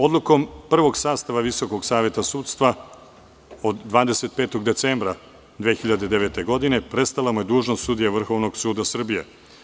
Odlukom prvog sastava VSS od 25. decembra 2009. godine, prestala mu je dužnost sudije Vrhovnog suda Srbije.